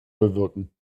bewirken